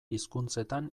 hizkuntzetan